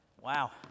Wow